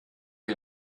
wir